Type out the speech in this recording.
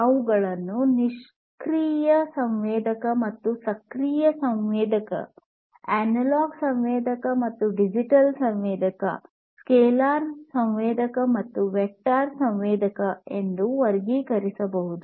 ಅವುಗಳನ್ನು ನಿಷ್ಕ್ರಿಯ ಸಂವೇದಕ ಅಥವಾ ಸಕ್ರಿಯ ಸಂವೇದಕ ಅನಲಾಗ್ ಸಂವೇದಕ ಅಥವಾ ಡಿಜಿಟಲ್ ಸಂವೇದಕ ಸ್ಕೇಲಾರ್ ಸಂವೇದಕ ಅಥವಾ ವೆಕ್ಟರ್ ಸಂವೇದಕ ಎಂದು ವರ್ಗೀಕರಿಸಬಹುದು